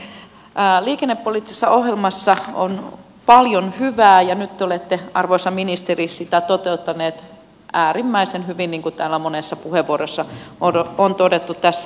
liikennepoliittisessa ohjelmassa on paljon hyvää ja nyt te olette arvoisa ministeri sitä toteuttanut äärimmäisen hyvin niin kuin täällä on monessa puheenvuorossa todettu tässä tulevassa budjetissa